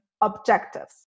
objectives